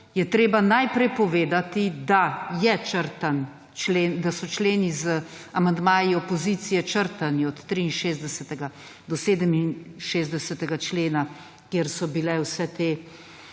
je treba najprej povedati, da so členi z amandmaji opozicije črtani od 63. do 67. člena, kjer so bile zajete